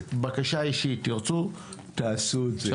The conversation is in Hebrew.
בגריטת אותן ספינות דיג.